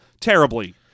terribly